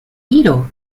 hiro